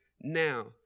Now